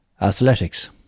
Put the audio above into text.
Athletics